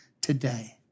today